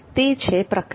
તે છે પ્રક્રિયા